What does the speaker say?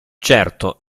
certo